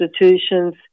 institutions